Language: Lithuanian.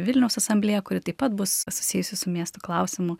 vilniaus asamblėją kuri taip pat bus susijusi su miestų klausimu